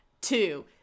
two